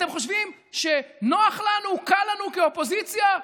אתם חושבים שנוח לנו, קל לנו כאופוזיציה,